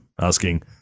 asking